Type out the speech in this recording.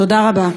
תודה רבה.